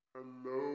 Hello